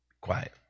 Quiet